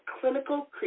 clinical